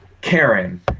Karen